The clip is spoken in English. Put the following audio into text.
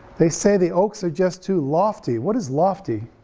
they say the oaks are just too lofty, what is lofty?